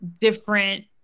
different